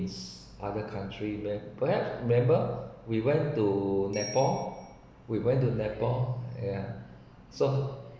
this other country may perhaps remember we went to nepal we went to nepal ya so